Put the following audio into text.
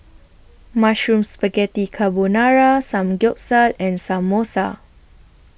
Mushroom Spaghetti Carbonara Samgyeopsal and Samosa